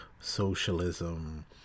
socialism